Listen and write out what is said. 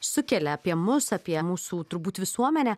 sukelia apie mus apie mūsų turbūt visuomenę